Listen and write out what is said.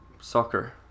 Soccer